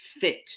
fit